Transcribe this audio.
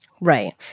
Right